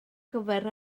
gyfer